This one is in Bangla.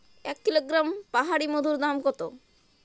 এক কিলোগ্রাম পাহাড়ী মধুর দাম কত?